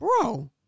Bro